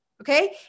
Okay